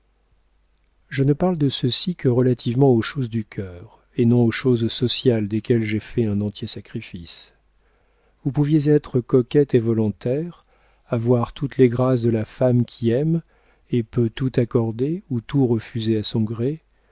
je ne parle de ceci que relativement aux choses du cœur et non aux choses sociales desquelles j'ai fait un entier sacrifice vous pouviez être coquette et volontaire avoir toutes les grâces de la femme qui aime et peut tout accorder ou tout refuser à son gré